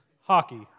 hockey